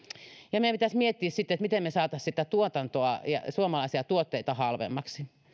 ja meidän pitäisi miettiä sitten miten me saisimme sitä tuotantoa ja suomalaisia tuotteita halvemmaksi